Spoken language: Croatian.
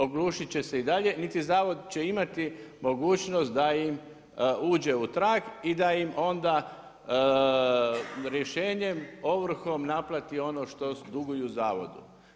Oglušiti će se i dalje, niti Zavod će imati mogućnost, da im uđe u trag i da im onda rješenjem, ovrhom naplati, ono što duguju zavodu.